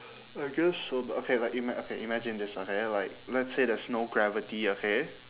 I guess so but okay like ima~ okay imagine this okay like let's say there's no gravity okay